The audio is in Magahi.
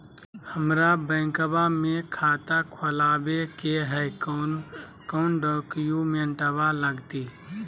हमरा बैंकवा मे खाता खोलाबे के हई कौन कौन डॉक्यूमेंटवा लगती?